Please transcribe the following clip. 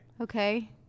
Okay